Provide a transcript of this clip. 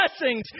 blessings